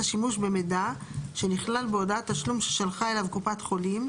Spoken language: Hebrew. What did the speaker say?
שימוש במידע שנכלל בהודעת תשלום ששלחה אליו קופת חולים,